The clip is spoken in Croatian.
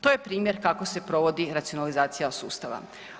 To je primjer kako se provodi racionalizacija sustava.